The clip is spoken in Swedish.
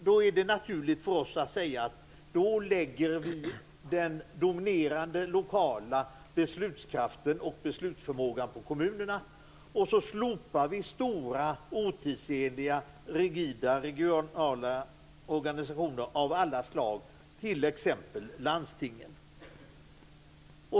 Då är det naturligt för oss att säga att vi lägger den dominerande lokala beslutskraften och beslutsförmågan på kommunerna och att vi slopar stora otidsenliga rigida regionala organisationer av alla slag, t.ex.